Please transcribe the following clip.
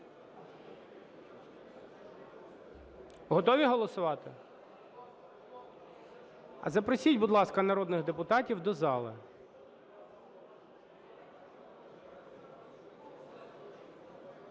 Готові голосувати? А запросіть, будь ласка, народних депутатів до зали.